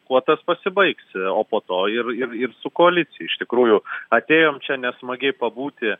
kuo tas pasibaigs o po to ir ir ir su koalicija iš tikrųjų atėjom čia nesmagiai pabūti